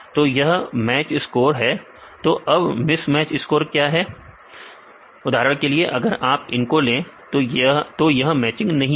तो यह match score जी हां उदाहरण के लिए अगर आप इनको ले तो यह मैचिंग नहीं है